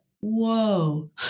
whoa